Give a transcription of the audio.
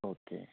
okay